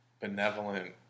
benevolent